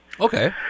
Okay